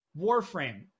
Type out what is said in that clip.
Warframe